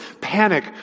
panic